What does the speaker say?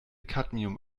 cadmium